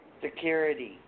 security